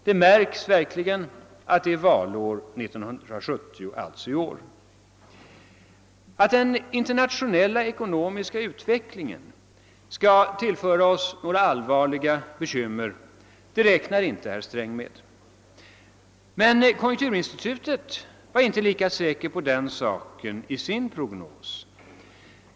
Det märks verkligen att det är valår i år. Att den internationella ekonomiska utvecklingen skall tillföra oss några allvarliga bekymmer räknar inte herr Sträng med, men konjunkturinstitutet är inte lika säker på den saken i sin prognos.